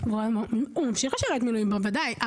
בוודאי ממשיך לשרת במילואים.